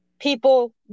People